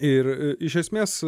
ir iš esmės